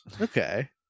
Okay